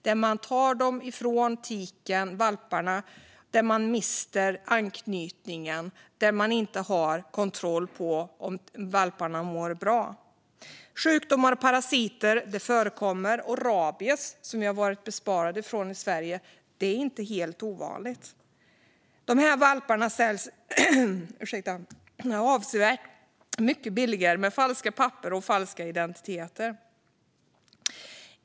Man tar valparna från tiken så att de går miste om anknytningen och har inte koll på om valparna mår bra. Sjukdomar och parasiter förekommer. Rabies, som vi varit förskonade från i Sverige, är inte ovanligt. Valparna säljs sedan avsevärt billigare med falska papper och falska identiteter.